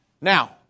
Now